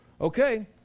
Okay